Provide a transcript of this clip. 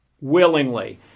willingly